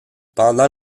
pendant